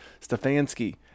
Stefanski